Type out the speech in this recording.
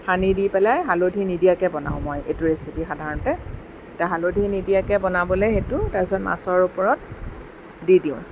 সানি দি পেলাই হালধি নিদিয়াকৈ বনাওঁ মই এইটো ৰেচিপি সাধাৰণতে তে হালধি নিদিয়াকৈ বনাবলৈ সেইটো তাৰপিছত মাছৰ ওপৰত দি দিওঁ